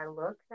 look